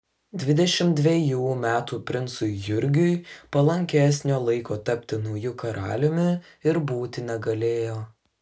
dvidešimt dvejų metų princui jurgiui palankesnio laiko tapti nauju karaliumi ir būti negalėjo